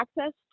access